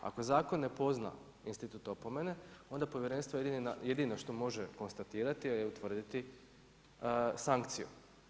Ako zakon ne pozna institut opomene onda povjerenstvo jedino što može konstatirati a i utvrditi sankciju.